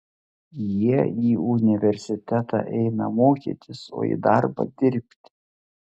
jie į universitetą eina mokytis o į darbą dirbti